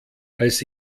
als